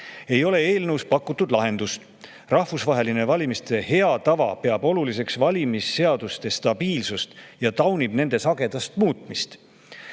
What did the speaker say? ei ole eelnõus pakutud lahendust. Rahvusvaheline valimiste hea tava peab oluliseks valimisseaduste stabiilsust ja taunib nende sagedast muutmist.